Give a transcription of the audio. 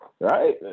right